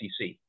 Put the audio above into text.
SEC